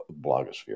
blogosphere